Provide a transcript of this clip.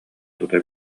тута